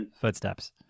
footsteps